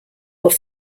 were